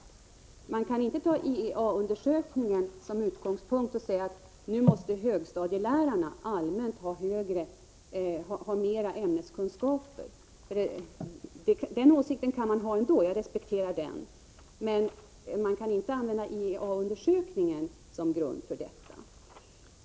Man kan därför inte ta IEA-undersökningen som utgångspunkt för att säga att nu måste högstadielärarna allmänt ha ökade ämneskunskaper. Den åsikten kan man ha ändå, och jag respekterar den, men man kan inte använda IEA-undersökningen som grund för den.